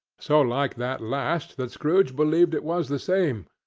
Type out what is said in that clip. so like that last that scrooge believed it was the same,